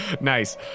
Nice